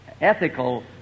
ethical